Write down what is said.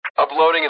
Uploading